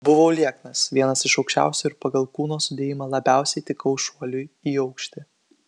buvau lieknas vienas iš aukščiausių ir pagal kūno sudėjimą labiausiai tikau šuoliui į aukštį